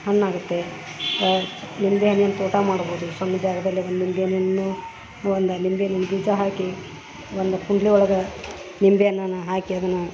ಹಣ್ಣಾಗತ್ತೆ ನಿಂಬೆ ಹಣ್ಣಿನ ತೋಟ ಮಾಡ್ಬೋದು ಸಣ್ಣ್ ಜಾಗದಲ್ಲಿ ಒಂದು ನಿಂಬೆ ಹಣ್ಣಿನ್ನು ಒಂದು ನಿಂಬೆ ಹಣ್ಣಿನ ಬೀಜ ಹಾಕಿ ಒಂದು ಕುಂಡ್ಲಿ ಒಳಗೆ ನಿಂಬಿ ಹಣ್ಣನ ಹಾಕಿ ಅದನ್ನ